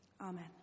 Amen